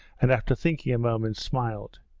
and after thinking a moment, smiled.